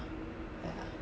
ya